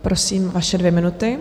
Prosím, vaše dvě minuty.